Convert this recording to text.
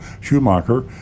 Schumacher